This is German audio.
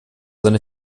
seine